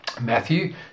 Matthew